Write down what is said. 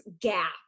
gap